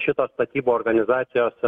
šitos statybų organizacijos